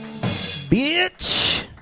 bitch